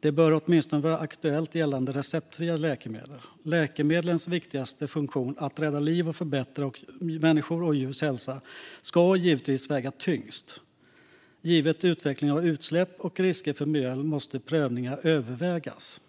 Det bör åtminstone vara aktuellt gällande receptfria läkemedel. Läkemedlens viktigaste funktion, att rädda liv och förbättra människors och djurs hälsa, ska givetvis väga tyngst. Givet utvecklingen av utsläpp och risker för miljön måste prövningar övervägas.